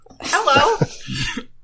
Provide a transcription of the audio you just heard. Hello